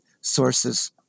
sources